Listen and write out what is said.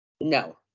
no